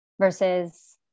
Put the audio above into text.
versus